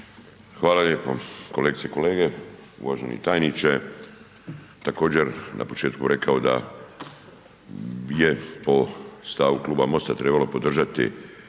Hvala lijepo. Kolegice i kolege, uvaženi tajniče. Također na početku rekao da je po stavu Kluba MOST-a trebalo podržati